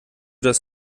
das